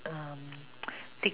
um